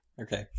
Okay